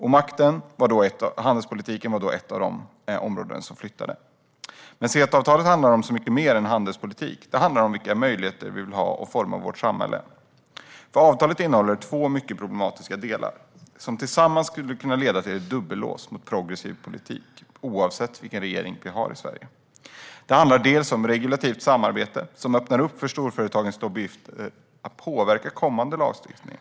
Handelspolitiken var ett av de områden som flyttade. Men CETA-avtalet handlar om så mycket mer än handelspolitik. Det handlar om vilka möjligheter vi vill ha att forma vårt samhälle. Avtalet innehåller två mycket problematiska delar, som tillsammans skulle kunna leda till ett dubbellås mot progressiv politik, oavsett vilken regering vi har i Sverige. Den ena delen handlar om regulativt samarbete, vilket öppnar upp för storföretagens lobbyister att påverka kommande lagstiftning.